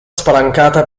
spalancata